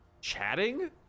chatting